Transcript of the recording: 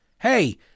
hey